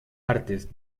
artes